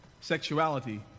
sexuality